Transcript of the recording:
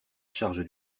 charge